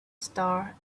star